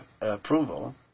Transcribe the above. approval